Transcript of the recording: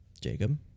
Jacob